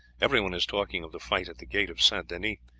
everyone is talking of the fight at the gate of st. denis.